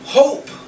hope